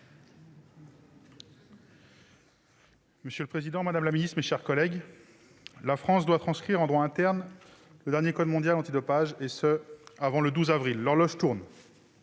Monsieur le président, madame la ministre, mes chers collègues, la France doit transcrire en droit interne la dernière version du code mondial antidopage, ce avant le 12 avril prochain. L'horloge tourne